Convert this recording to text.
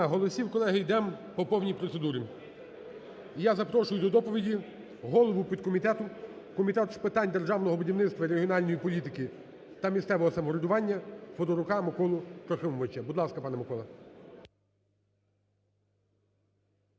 голосів, колеги, йдемо по повній процедурі. І я запрошую до доповіді голову підкомітету Комітету з питань державного будівництва і регіональної політики та місцевого самоврядування Федорука Миколу Трохимовича. Будь ласка, пане Миколо.